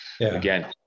again